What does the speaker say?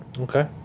okay